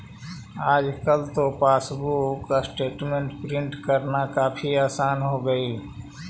आजकल तो passbook statement print करना काफी आसान हो गईल